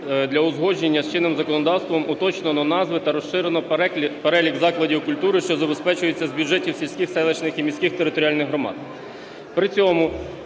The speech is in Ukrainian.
для узгодження з чинним законодавством уточнено назви та розширено перелік закладів культури, що забезпечуються з бюджетів сільських, селищних і міських територіальних громад.